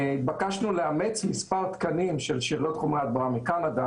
התבקשנו לאמץ מספר תקנים של שאריות חומרי הדברה מקנדה